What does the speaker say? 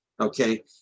okay